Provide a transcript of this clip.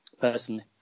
personally